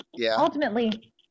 ultimately